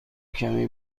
کمی